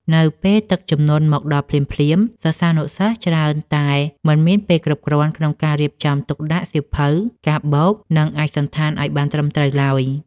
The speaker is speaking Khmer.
នៅពេលទឹកជំនន់មកដល់ភ្លាមៗ សិស្សានុសិស្សច្រើនតែមិនមានពេលគ្រប់គ្រាន់ក្នុងការរៀបចំទុកដាក់សៀវភៅ កាបូប និងឯកសណ្ឋានឱ្យបានត្រឹមត្រូវឡើយ។